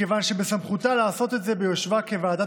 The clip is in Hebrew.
מכיוון שבסמכותה לעשות את זה ביושבה כוועדת